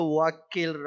wakil